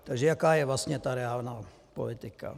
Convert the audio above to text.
Takže jaká je vlastně ta reálná politika?